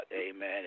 Amen